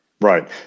right